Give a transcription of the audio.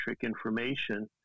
information